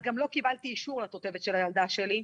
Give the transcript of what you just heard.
גם לא קיבלתי אישור לתותבת של הילדה שלי.